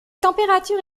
températures